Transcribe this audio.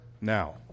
now